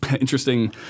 Interesting